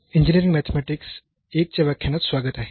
engineering mathematics I च्या व्याख्यानात स्वागत आहे